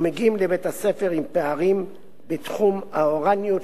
ומגיעים לבית-הספר עם פערים בתחום האוריינות,